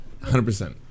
100